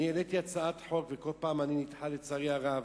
אני העליתי הצעת חוק וכל פעם אני נדחה, לצערי הרב,